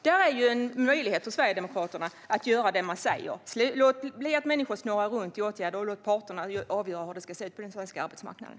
Det är en möjlighet för Sverigedemokraterna att göra det man säger och låta människor slippa snurra runt i åtgärder och låta parterna avgöra hur det ska se ut på den svenska arbetsmarknaden.